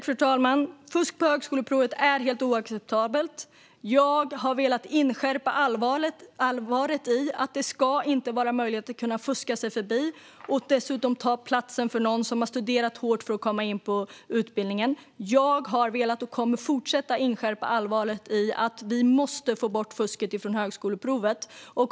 Fru talman! Fusk på högskoleprovet är helt oacceptabelt. Jag har velat inskärpa allvaret i att det inte ska vara möjligt att fuska sig förbi och dessutom ta platsen från någon som har studerat hårt för att komma in på en utbildning. Jag kommer att fortsätta inskärpa att vi måste få bort fusket på högskoleprovet.